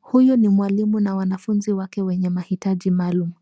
Huyu ni mwalimu na wanafunzi wake wenye mahitaji maalumu.